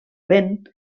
vent